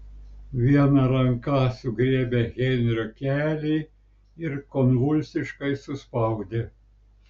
viena ranka sugriebė henrio kelį ir konvulsiškai suspaudė